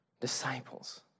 disciples